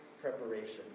preparation